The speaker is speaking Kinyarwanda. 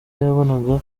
yabonaga